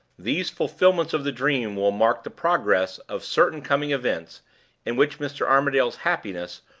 these fulfillments of the dream will mark the progress of certain coming events in which mr. armadale's happiness,